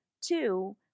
two